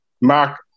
Mark